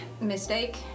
Mistake